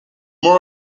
more